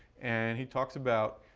and he talks about,